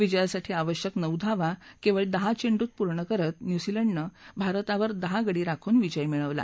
विजयासाठी आवश्यक नऊ धावा केवळ दहा चेंडूत पूर्ण करत न्यूझीलंडनं भारतावर दहा गडी राखून विजय मिळवला